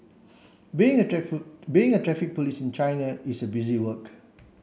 being a being a Traffic Police in China is busy work